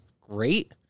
great